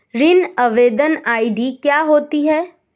ऋण आवेदन आई.डी क्या होती है?